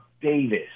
Davis